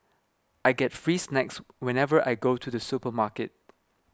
I get free snacks whenever I go to the supermarket